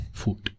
food